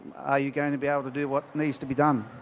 are you going to be able to do what needs to be done?